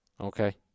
okay